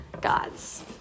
gods